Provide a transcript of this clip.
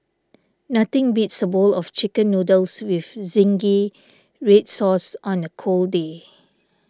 nothing beats a bowl of Chicken Noodles with Zingy Red Sauce on a cold day